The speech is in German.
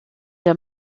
der